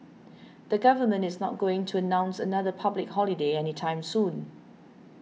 the government is not going to announce another public holiday anytime soon